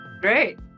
great